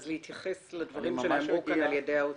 שהם מעבר לדברים העקרוניים ולהתייחס לדברים שנאמרו כאן על ידי האוצר?